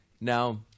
Now